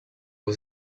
was